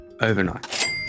overnight